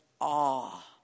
awe